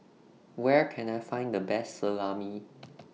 Where Can I Find The Best Salami